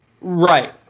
Right